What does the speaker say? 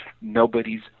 nobody's